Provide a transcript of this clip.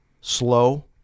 slow